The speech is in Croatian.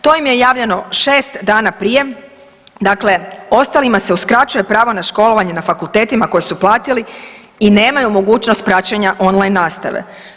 To im je javljeno 6 dana prije, dakle ostalima se uskraćuje pravo na školovanje na fakultetima koje su platili i nemaju mogućnost praćenja on-line nastave.